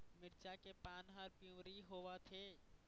मिरचा के पान हर पिवरी होवथे?